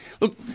Look